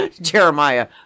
Jeremiah